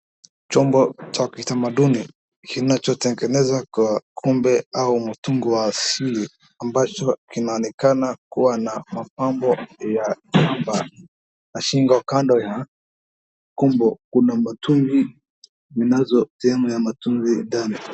Chombo cha kitamaduni kinachotengeneza kwa kombe au mtungi wa asili ambacho kinaonekana kuwa na mapambo ya pamba na shingo kando ya kombo kuna mitungi zinazo sehemu ya mitungi ndani.